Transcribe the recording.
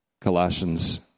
Colossians